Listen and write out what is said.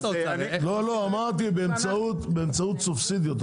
אמרתי באמצעות סובסידיות.